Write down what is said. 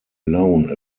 alone